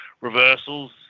reversals